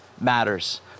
matters